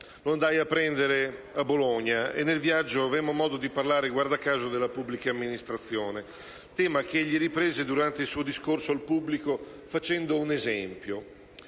Lo andai a prendere a Bologna e, durante il viaggio, avemmo modo di parlare - guarda caso - della pubblica amministrazione, tema che egli riprese durante il suo discorso al pubblico, facendo un esempio.